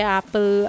Apple